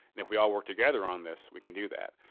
and if we all work together on this we can do that.